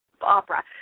opera